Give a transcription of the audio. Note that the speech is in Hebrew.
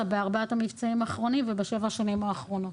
בארבע המבצעים האחרונים ובשבע השנים האחרונות.